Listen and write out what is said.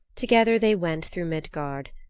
together they went through midgard,